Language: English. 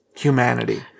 humanity